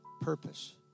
purpose